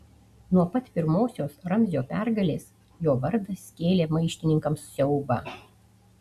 nuo pat pirmosios ramzio pergalės jo vardas kėlė maištininkams siaubą